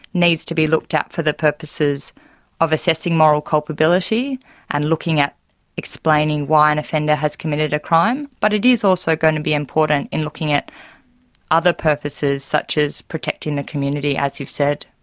needs to be looked at for the purposes of assessing moral culpability and looking at explaining why an offender has committed a crime. but it is also going to be important in looking at other purposes such as protecting the community, as you've said.